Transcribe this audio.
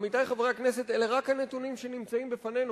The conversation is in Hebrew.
עמיתי חברי הכנסת, אלה רק הנתונים שנמצאים בפנינו.